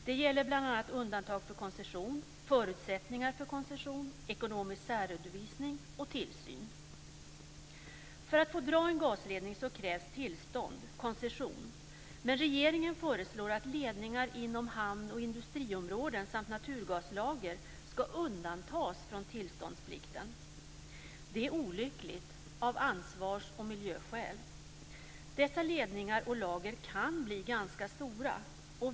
Det gäller bl.a. undantag för koncession, förutsättningar för koncession, ekonomisk särredovisning och tillsyn. För att få dra en gasledning krävs det tillstånd, koncession. Men regeringen föreslår att ledningar inom hamn och industriområden samt naturgaslager ska undantas från tillståndsplikten. Detta är olyckligt av ansvars och miljöskäl. Dessa ledningar och lager kan ju bli ganska stora.